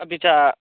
अपि च